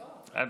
אוקיי,